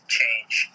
change